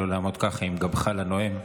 לא לעמוד ככה עם גבך לנואם,